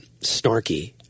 snarky